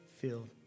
filled